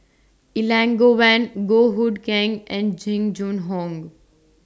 Elangovan Goh Hood Keng and Jing Jun Hong